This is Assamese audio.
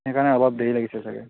সেইকাৰে অলপ দেৰি লাগিছে চাগে